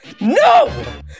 No